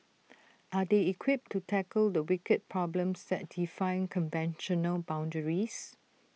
are they equipped to tackle the wicked problems that defy conventional boundaries